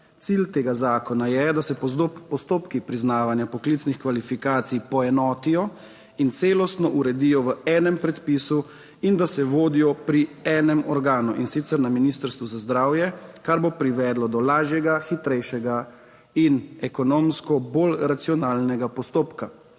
Cilj tega zakona je, da se postopki priznavanja poklicnih kvalifikacij poenotijo in celostno uredijo v enem predpisu in da se vodijo pri enem organu, in sicer na Ministrstvu za zdravje, kar bo privedlo do lažjega, hitrejšega in ekonomsko bolj racionalnega postopka.